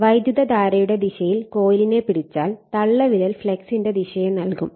വൈദ്യുതധാരയുടെ ദിശയിൽ കോയിലിനെ പിടിച്ചാൽ തള്ളവിരൽ ഫ്ലക്സിന്റെ ദിശയെ നൽകും